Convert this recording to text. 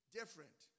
different